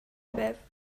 байв